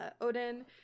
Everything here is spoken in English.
odin